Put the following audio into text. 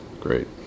great